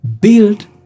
build